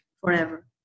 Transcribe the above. forever